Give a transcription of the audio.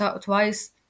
twice